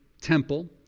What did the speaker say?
temple